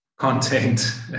content